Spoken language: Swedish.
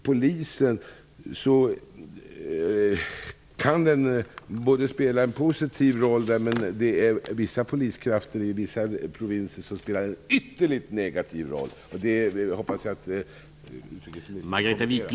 Polisen kan naturligtvis spela en positiv roll, men vissa poliskrafter i vissa provinser spelar en ytterligt negativ roll.